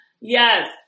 Yes